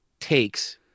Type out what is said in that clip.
takes